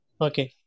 Okay